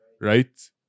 right